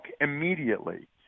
immediately